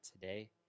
today